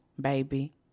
baby